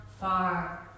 far